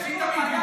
עזבי את הבידוד.